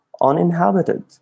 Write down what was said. uninhabited